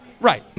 Right